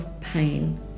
pain